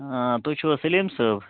تُہۍ چھُو حظ سلیٖم صٲب